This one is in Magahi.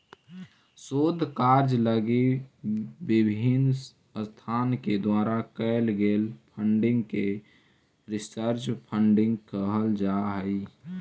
शोध कार्य लगी विभिन्न संस्था के द्वारा कैल गेल फंडिंग के रिसर्च फंडिंग कहल जा हई